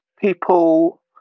people